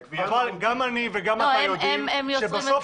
אבל גם אני וגם אתה יודעים שבסוף,